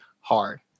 hard